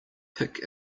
pick